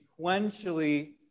sequentially